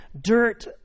dirt